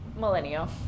Millennial